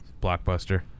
blockbuster